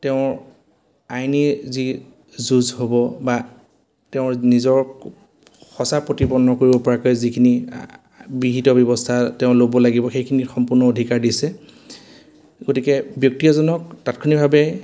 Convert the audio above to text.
তেওঁৰ আইনী যি যুঁজ হ'ব বা তেওঁৰ নিজৰ সঁচা প্ৰতিপন্ন কৰিব পৰাকৈ যিখিনি বিহিত ব্যৱস্থা তেওঁ ল'ব লাগিব সেইখিনি সম্পূৰ্ণ অধিকাৰ দিছে গতিকে ব্যক্তি এজনক তাৎক্ষণিকভাৱে